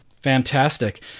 Fantastic